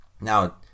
Now